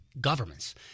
governments